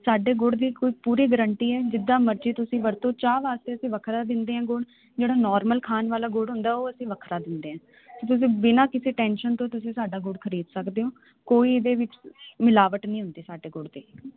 ਸਾਡੇ ਗੁੜ ਦੀ ਕੋਈ ਪੂਰੀ ਗਰੰਟੀ ਹੈ ਜਿੱਦਾਂ ਮਰਜ਼ੀ ਤੁਸੀਂ ਵਰਤੋ ਚਾਹ ਵਾਸਤੇ ਅਸੀਂ ਵੱਖਰਾ ਦਿੰਦੇ ਆ ਗੁੜ ਜਿਹੜਾ ਨੋਰਮਲ ਖਾਣ ਵਾਲਾ ਗੁੜ ਹੁੰਦਾ ਉਹ ਅਸੀਂ ਵੱਖਰਾ ਦਿੰਦੇ ਆ ਤੁਸੀਂ ਬਿਨਾਂ ਕਿਸੇ ਟੈਨਸ਼ਨ ਤੋਂ ਤੁਸੀਂ ਸਾਡਾ ਗੁੜ ਖਰੀਦ ਸਕਦੇ ਹੋ ਕੋਈ ਇਹਦੇ ਵਿੱਚ ਮਿਲਾਵਟ ਨਹੀਂ ਹੁੰਦੀ ਸਾਡੇ ਗੁੜ ਦੇ